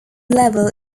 level